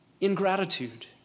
ingratitude